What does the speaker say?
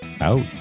Out